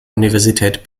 universität